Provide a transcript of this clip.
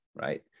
right